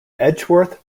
edgeworth